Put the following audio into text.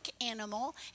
animal